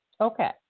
Okay